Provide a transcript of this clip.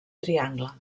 triangle